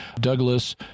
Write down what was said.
Douglas